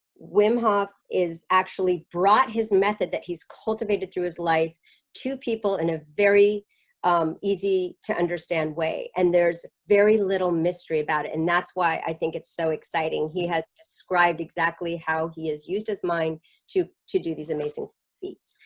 wim hof is actually brought his method that he's cultivated through his life two people in a very easy to understand way and there's very little mystery about it. and that's why i think it's so exciting he has described exactly how he is used as mine to do these amazing feats,